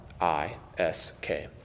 I-S-K